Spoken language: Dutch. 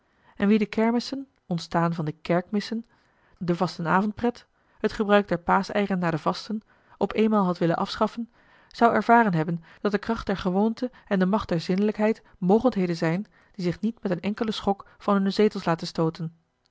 en wie de kermissen ontstaan van de kerkmissen de vastenavondpret het gebruik der paascheieren na de vasten op eenmaal had willen afschaffen zou ervaren hebben dat de kracht der gewoonte en de macht der zinnelijkheid mogendheden zijn die zich niet met een enkelen schok van hunne zetels laten stooten